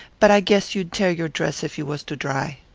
but i guess you'd tear your dress if you was to dry.